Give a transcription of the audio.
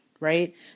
right